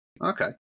Okay